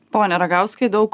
pone ragauskai daug